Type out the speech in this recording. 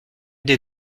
des